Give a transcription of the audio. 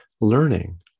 learning